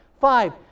five